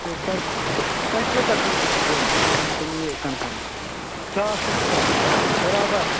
تہٕ پتہٕ تۅہہِ کۭژا کانٛگٕرِ چھِ ضروٗرت بیٚیہِ ؤنۍتَو مےٚ یہِ کَنفٕرٕم ساس کَنفٕرٕم بَرابر